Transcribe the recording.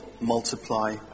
multiply